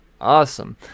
Awesome